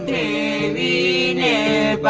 a